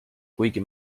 kuigi